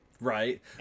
Right